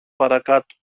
παρακάτω